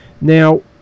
Now